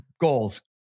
goals